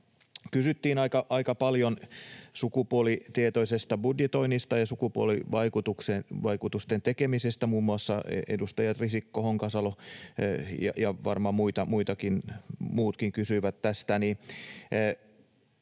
Kysyttiin aika paljon sukupuolitietoisesta budjetoinnista ja sukupuolivaikutusten arvioinnin tekemisestä, muun muassa edustajat Risikko, Honkasalo ja varmaan muutkin kysyivät tästä.